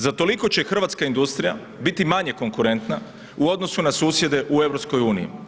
Za toliko će Hrvatska industrija biti manje konkurenta u odnosu na susjede u EU.